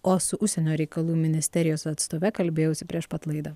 o su užsienio reikalų ministerijos atstove kalbėjausi prieš pat laidą